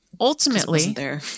ultimately